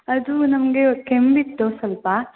ಅದು ನಮಗೆ ಕೆಮ್ಮಿತ್ತು ಸ್ವಲ್ಪ